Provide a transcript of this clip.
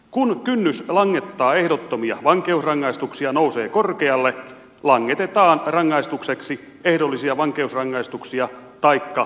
kun kynnys langettaa ehdottomia vankeusrangaistuksia nousee korkealle langetetaan rangaistukseksi ehdollisia vankeusrangaistuksia taikka sakkoa